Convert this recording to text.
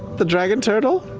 the dragon turtle,